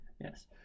Yes